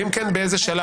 ואם כן, באיזה שלב?